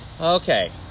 okay